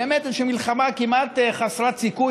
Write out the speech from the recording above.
באמת לאיזושהי מלחמה כמעט חסרת סיכוי,